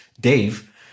Dave